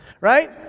right